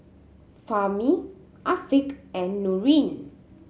Fahmi Afiq and Nurin